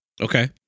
okay